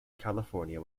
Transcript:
california